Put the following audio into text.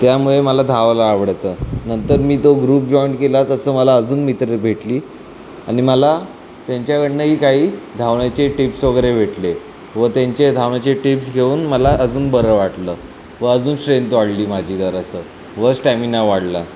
त्यामुळे मला धावायला आवडतं नंतर मी तो ग्रुप जॉईन केला तसं मला अजून मित्र भेटले आणि मला त्यांच्याकडनं ही काही धावण्याचे टिप्स वगैरे भेटले व त्यांचे धावण्याचे टिप्स घेऊन मला अजून बरं वाटलं व अजून स्ट्रेंथ वाढली माझी जरासं व स्टॅमिना वाढला